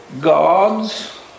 gods